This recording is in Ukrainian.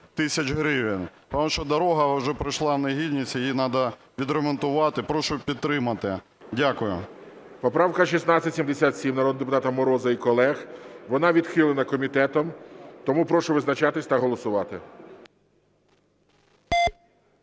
тисяч гривень. Тому що дорога вже пройшла в негідність і її треба відремонтувати. Прошу підтримати. Дякую. ГОЛОВУЮЧИЙ. Поправка 1677 народного депутата Мороза і колег. Вона відхилена комітетом. Тому прошу визначатись та голосувати